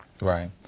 Right